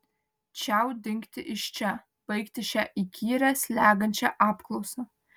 čiau dingti iš čia baigti šią įkyrią slegiančią apklausą